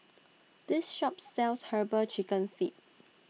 This Shop sells Herbal Chicken Feet